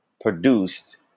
produced